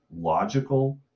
logical